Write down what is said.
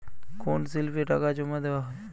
কোন স্লিপে টাকা জমাদেওয়া হয়?